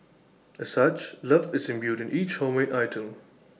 as such love is imbued in each homemade item